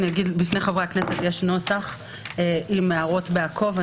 בפני חברי הכנסת יש נוסח עם הערות ב"עקוב אחר שינויים",